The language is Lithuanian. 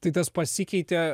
tai tas pasikeitė